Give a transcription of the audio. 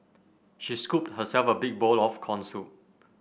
she scooped herself a big bowl of corn soup